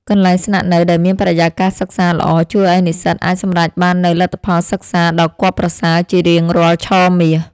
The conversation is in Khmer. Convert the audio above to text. កន្លែងស្នាក់នៅដែលមានបរិយាកាសសិក្សាល្អជួយឱ្យនិស្សិតអាចសម្រេចបាននូវលទ្ធផលសិក្សាដ៏គាប់ប្រសើរជារៀងរាល់ឆមាស។